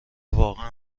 واقعا